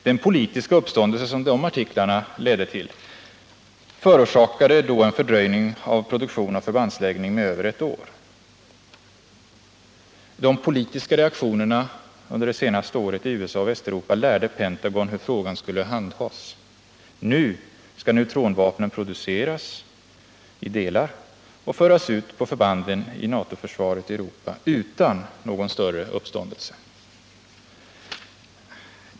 Den politiska uppståndelse som de artiklarna ledde till förorsakade då en fördröjning av produktion och förbandsläggning med över ett år. De politiska reaktionerna under det senaste året i USA och Västeuropa lärde Pentagon hur frågan skulle handhas. Nu skall neutronvapen produceras i delar och föras ut till förbanden i NATO-försvaret i Europa utan någon större uppståndelse.